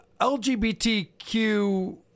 LGBTQ